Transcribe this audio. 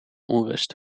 onrust